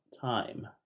time